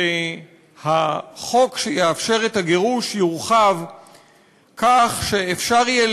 שהחוק שיאפשר את הגירוש יורחב כך שאפשר יהיה